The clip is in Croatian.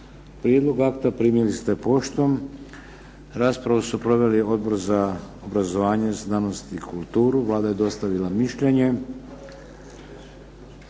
Prijedlog akta primili ste poštom. Raspravu su proveli Odbor za obrazovanje, znanost i kulturu. Vlada je dostavila mišljenje.